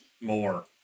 More